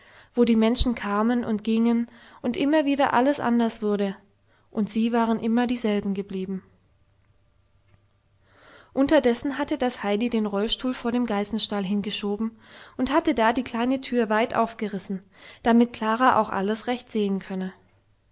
wo die menschen kamen und gingen und immer wieder alles anders wurde und sie waren immer dieselben geblieben unterdessen hatte das heidi den rollstuhl vor den geißenstall hingeschoben und hatte da die kleine tür weit aufgerissen damit klara auch alles recht sehen könne